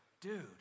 dude